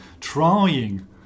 trying